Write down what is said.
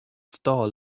stall